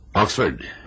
Oxford